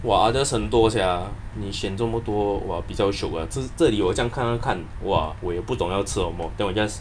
!wah! Udders 很多 sia 你选这么多 !wah! 比较 shiok eh 这这这里我这样看看看 !wah! 我也不懂要吃什么 then 我 just